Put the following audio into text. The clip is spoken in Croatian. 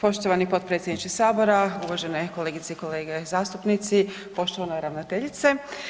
Poštovani potpredsjedniče Sabora, uvažene kolegice i kolege zastupnici, poštovana ravnateljice.